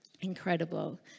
Incredible